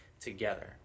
together